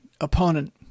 opponent